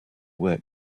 work